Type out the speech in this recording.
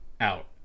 out